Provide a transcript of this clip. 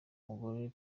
mugore